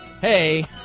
Hey